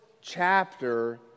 chapter